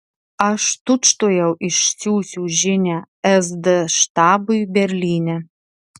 aš tučtuojau išsiųsiu žinią sd štabui berlyne